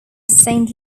saint